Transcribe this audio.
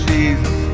Jesus